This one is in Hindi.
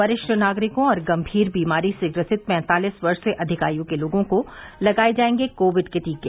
वरिष्ठ नागरिकों और गम्भीर बीमारी से ग्रसित पैंतालीस वर्ष से अधिक आयु के लोगों को लगाए जायेंगे कोविड के टीके